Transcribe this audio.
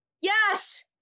yes